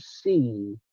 see